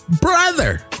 brother